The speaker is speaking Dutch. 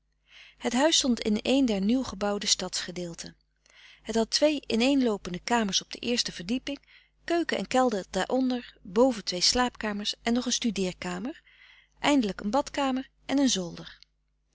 het huis stond in een der nieuwgebouwde stadsgedeelten het had twee ineenloopende kamers op de eerste verdieping keuken en kelder daaronder boven twee slaapkamers en nog een studeer kamer eindelijk een badkamer en een zolder